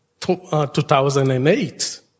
2008